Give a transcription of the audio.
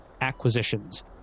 Acquisitions